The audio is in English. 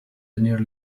linear